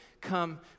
come